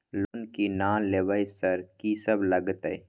Loan की ना लेबय सर कि सब लगतै?